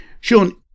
Sean